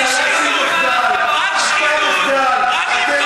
גיבוי אווירי ואמר בדיוק מה צריך לעשות.